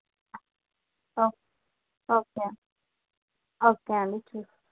ఓ okay అండి okay అండి చూసి